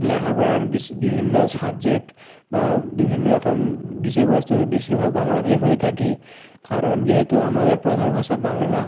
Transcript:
ল্যাখাপড়ার বিভিন্ন সাবজেক্ট বা বিভিন্ন রকম বিষয়বস্তুই বেশিরভাগ বাংলাতেই হয়ে থাকে কারণ যেহেতু আমাদের প্রধান ভাষা বাংলা